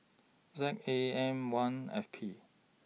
Z A M one F P